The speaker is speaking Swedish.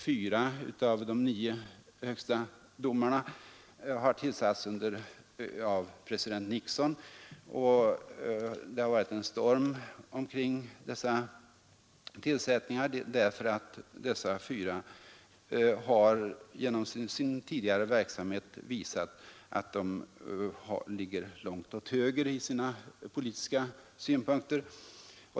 Fyra av de nio medlemmarna av högsta domstolen har tillsatts av president Nixon, och det har varit en storm omkring tillsättningarna därför att dessa fyra genom sin tidigare verksamhet har visat att de ligger mycket långt åt höger i sina politiska synpunkter.